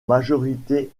majorité